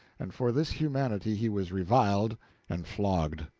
and for this humanity he was reviled and flogged.